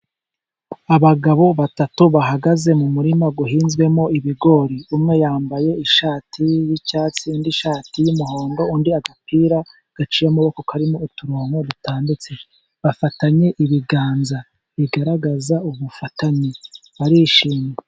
Abagabo batatu bahagaze mu murima uhinzwemo ibigori . Umwe yambaye ishati y'icyatsi , undi ishati y'umuhondo , undi agapira gaciye amaboko karimo uturongo dutambitse . Bafatanye ibiganza bigaragaza ubufatanye barishimye.